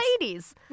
ladies